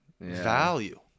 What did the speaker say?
value